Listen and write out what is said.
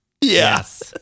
Yes